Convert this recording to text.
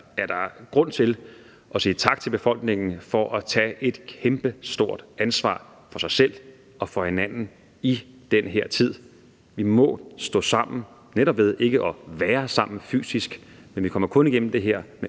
er der grund til at sige tak til befolkningen for at tage et kæmpestort ansvar for sig selv og for hinanden i den her tid. Vi må stå sammen netop ved ikke at være sammen fysisk, men vi kommer kun igennem det her med